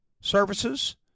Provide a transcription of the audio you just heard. services